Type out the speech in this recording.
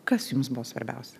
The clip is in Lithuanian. kas jums buvo svarbiausia